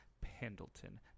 Pendleton